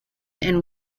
and